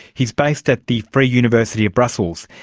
he is based at the free university of brussels,